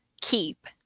keep